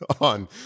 on